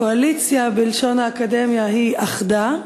קואליציה בלשון האקדמיה היא "אחדה"